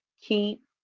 Keep